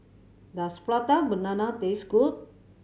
does Prata Banana taste good